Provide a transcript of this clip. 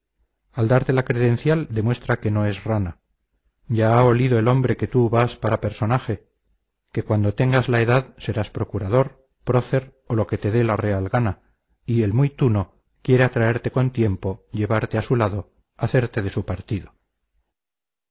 al darte la credencial demuestra que no es rana ya ha olido el hombre que tú vas para personaje que cuando tengas la edad serás procurador prócer o lo que te dé la real gana y el muy tuno quiere atraerte con tiempo llevarte a su lado hacerte de su partido